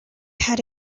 had